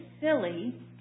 silly